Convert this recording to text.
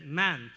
man